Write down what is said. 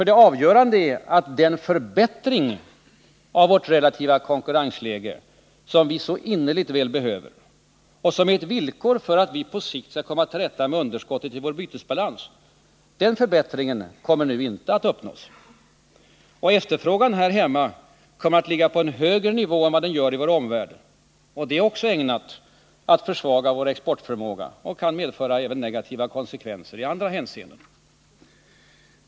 Det avgörande är att den förbättring av vårt relativa kostnadsläge som vi så innerligt väl behöver och som är ett villkor för att på sikt komma till rätta med underskottet i vår bytesbalans, inte uppnås. Efterfrågan här hemma kommer att ligga på en högre nivå än i vår omvärld, och det är också ägnat att försvaga vår exportförmåga och kan medföra negativa konsekvenser även i andra avseenden.